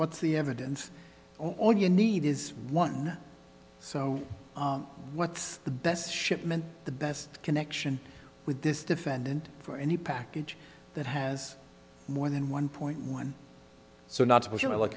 what's the evidence all you need is one so what's the best shipment the best connection with this defendant for any package that has more than one point one so not